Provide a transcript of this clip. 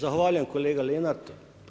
Zahvaljujem kolega Lenart.